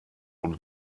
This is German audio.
und